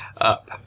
up